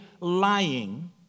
lying